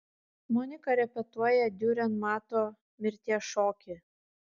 monika repetuoja diurenmato mirties šokį